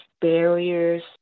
barriers